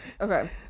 okay